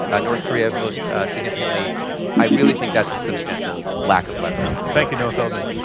ah north korea most significantly i really think that's a substantial lack of leverage. thank you, noah feldman.